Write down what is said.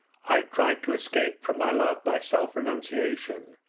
i tried to escape from my love by self-renunciation,